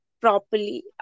Properly